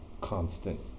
constant